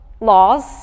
laws